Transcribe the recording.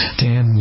dan